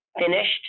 Finished